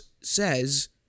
says